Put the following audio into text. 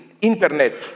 internet